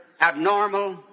abnormal